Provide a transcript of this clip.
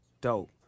Dope